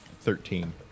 Thirteen